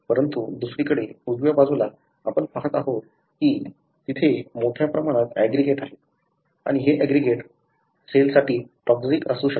परंतु दुसरीकडे उजव्या बाजूला आपण पहात आहात की तेथे मोठ्या प्रमाणात ऍग्रीगेट आहेत आणि हे ऍग्रीगेट सेलसाठी टॉक्सिक असू शकतात